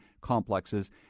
complexes